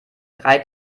drei